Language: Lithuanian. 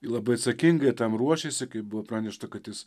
labai atsakingai tam ruošėsi kai buvo pranešta kad jis